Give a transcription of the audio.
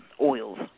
oils